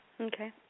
Okay